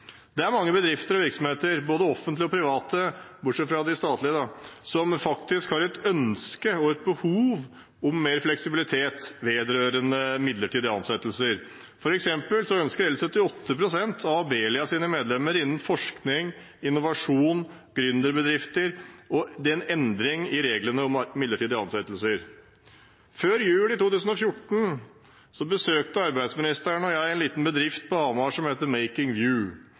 Det er mange bedrifter og virksomheter, både offentlige og private – bortsett fra de statlige – som faktisk har et ønske om og et behov for mer fleksibilitet vedrørende midlertidige ansettelser. For eksempel ønsker hele 78 pst. av Abelias medlemmer innen forskning, innovasjon og gründerbedrifter endringer i reglene om midlertidige ansettelser. Før jul i 2014 besøkte arbeidsministeren og jeg en liten bedrift på Hamar som heter Making